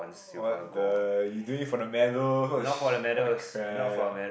what the you doing for the medal what the crap